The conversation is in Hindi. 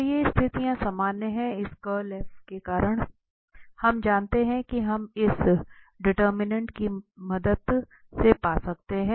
तो ये स्थितियां समान हैं इस कर्ल के कारण हम जानते हैं कि हम इस डेटर्मिनेन्ट की मदद से पा सकते हैं